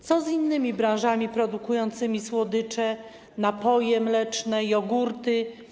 Co z innymi branżami produkującymi słodycze, napoje mleczne, jogurty?